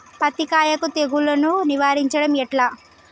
పత్తి కాయకు తెగుళ్లను నివారించడం ఎట్లా?